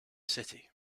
city